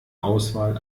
auswahl